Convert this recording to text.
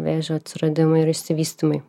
vėžio atsiradimui ir išsivystymui